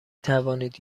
توانید